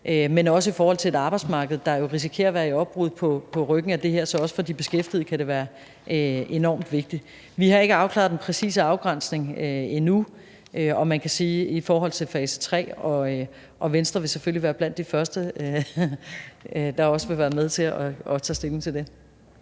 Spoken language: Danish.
men også i forhold til et arbejdsmarked, der risikerer at være i opbrud på ryggen af det her. Så også for de beskæftigede kan det være enormt vigtigt. Vi har ikke afklaret den præcise afgrænsning endnu i forhold til fase tre, og Venstre vil selvfølgelig være blandt de første, der er med til at tage stilling til det.